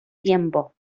tiempo